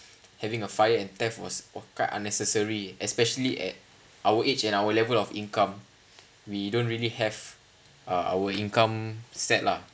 having a fire and theft was was quite unnecessary especially at our age and our level of income we don't really have uh our income set lah